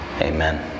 Amen